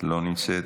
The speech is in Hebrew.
לא נמצאת.